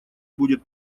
будет